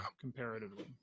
comparatively